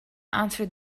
answered